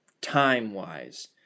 time-wise